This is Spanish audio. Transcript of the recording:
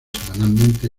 semanalmente